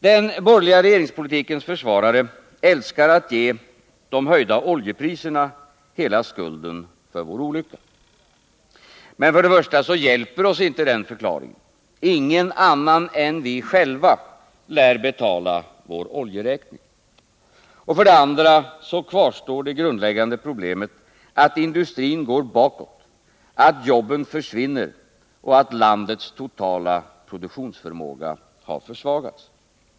Den borgerliga regeringspolitikens försvarare älskar att ge de höjda oljepriserna hela skulden för vår olycka. Men för det första så hjälper oss inte den förklaringen —- ingen annan än vi själva lär betala vår oljeräkning. Och för det andra så kvarstår det grundläggande problemet att industrin går bakåt, att jobben försvinner och att landets totala produktionsförmåga har försvagats.